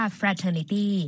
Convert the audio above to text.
fraternity